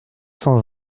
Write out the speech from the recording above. cent